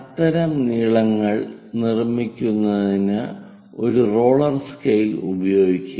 അത്തരം നീളങ്ങൾ നിർമ്മിക്കുന്നതിന് ഒരു റോളർ സ്കെയിൽ ഉപയോഗിക്കുക